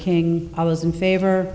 king i was in favor